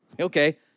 Okay